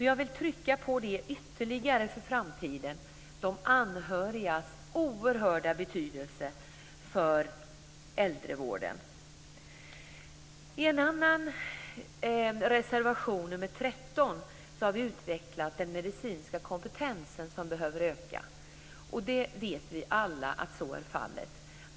Jag vill ytterligare för framtiden betona de anhörigas oerhört stora betydelse för äldrevården. I en annan reservation, nr 13, har vi utvecklat vårt krav på att den medicinska kompetensen bör öka. Vi vet alla att så är fallet.